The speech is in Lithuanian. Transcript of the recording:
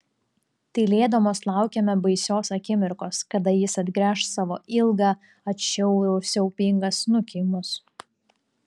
tylėdamos laukėme baisios akimirkos kada jis atgręš savo ilgą atšiaurų siaubingą snukį į mus